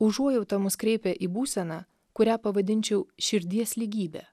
užuojauta mus kreipia į būseną kurią pavadinčiau širdies lygybė